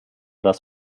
das